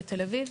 בתל אביב.